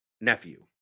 nephew